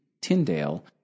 Tyndale